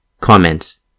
Comments